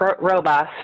robust